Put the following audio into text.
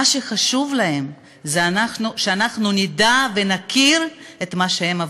מה שחשוב להם זה שאנחנו נדע ונכיר את מה שהם עברו,